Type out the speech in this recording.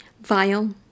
vile